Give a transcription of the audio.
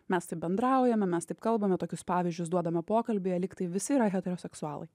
mes taip bendraujame mes taip kalbame tokius pavyzdžius duodame pokalbyje lyg tai visi yra heteroseksualai